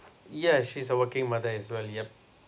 yeah she's a working mother as well yup